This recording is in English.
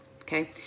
Okay